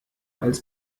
als